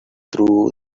through